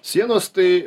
sienos tai